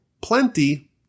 plenty